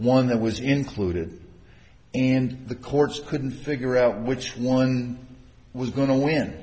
one that was included and the courts couldn't figure out which one was go